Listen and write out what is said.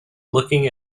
looking